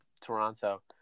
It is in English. Toronto